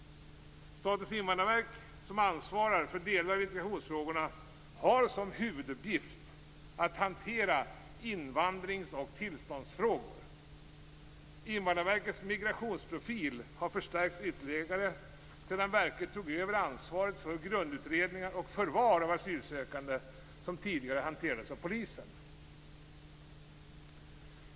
Statens invandrarverk, som ansvarar för delar av integrationsfrågorna, har som huvuduppgift att hantera invandrings och tillståndsfrågor. Invandrarverkets migrationsprofil har förstärkts ytterligare sedan verket tog över ansvaret för grundutredningar och förvar av asylsökande, som tidigare hanterades av Polisen.